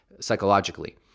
psychologically